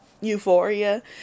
Euphoria